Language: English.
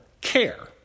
care